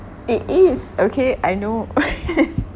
it is okay I know